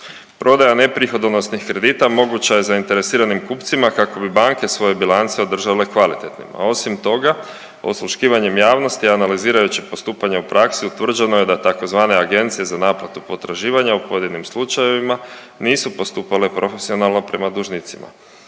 Prodaja neprihodnosnih kredita moguća je zainteresiranim kupcima kako bi banke svoje bilance održale kvalitetnima, a osim toga osluškivanjem javnosti analizirajuće postupanje u praksi utvrđeno je da tzv. agencije za naplatu potraživanja u pojedinim slučajevima nisu postupale profesionalno prema dužnicima.